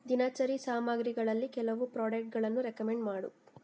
ದಿನಚರಿ ಸಾಮಗ್ರಿಗಳಲ್ಲಿ ಕೆಲವು ಪ್ರಾಡಕ್ಟ್ಗಳನ್ನು ರೆಕಮೆಂಡ್ ಮಾಡು